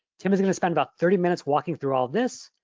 tim is going to spend about thirty minutes walking through all this.